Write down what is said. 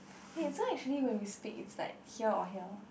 hey so actually when we speak it's like here or here